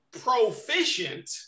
proficient